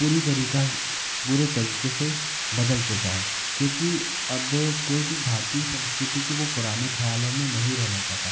पूरी तरीक़े पूरे तरीक़े से बदल चुकी है क्योंकि अब कोई भी भारतीय संस्कृति के वो पुराने ख़यालों में नहीं रहना चाहता